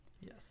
yes